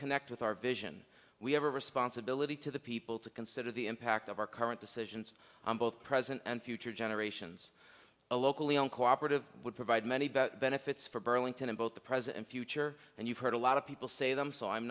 connect with our vision we have a responsibility to the people to consider the impact of our current decisions on both present and future generations a locally owned cooperative would provide many benefits for burlington in both the present and future and you've heard a lot of people say them so i'm